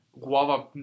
guava